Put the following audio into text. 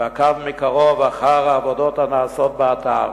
ועקב מקרוב אחר העבודות הנעשות באתר.